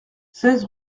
seize